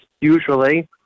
usually